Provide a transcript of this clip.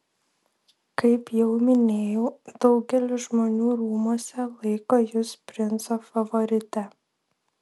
kaip jau minėjau daugelis žmonių rūmuose laiko jus princo favorite